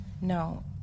No